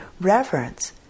reverence